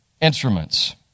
instruments